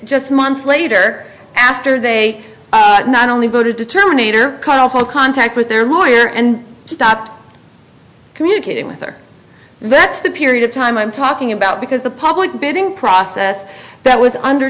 just months later after they not only voted to terminate or cut off all contact with their lawyer and stopped communicating with her that's the period of time i'm talking about because the public bidding process that was